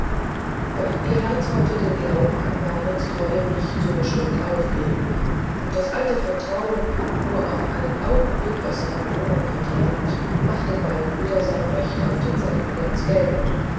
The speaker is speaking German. doch ihr herz konnte den glauben an warings treue nicht so geschwind aufgeben und das alte vertrauen nur auf einen augenblick aus seiner wohnung verdrängt machte bald wieder sein recht auf dasselbe geltend